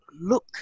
look